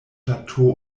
plateau